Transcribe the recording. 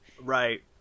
right